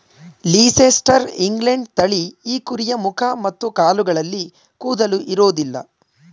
Leicester England ತಳಿ ಈ ಕುರಿಯ ಮುಖ ಮತ್ತು ಕಾಲುಗಳಲ್ಲಿ ಕೂದಲು ಇರೋದಿಲ್ಲ